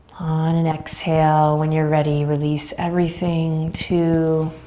on an exhale, when you're ready, release everything to